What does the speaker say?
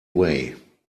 way